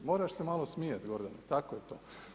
E moraš se malo smijati Gordane, tako je to.